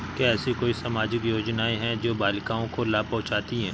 क्या ऐसी कोई सामाजिक योजनाएँ हैं जो बालिकाओं को लाभ पहुँचाती हैं?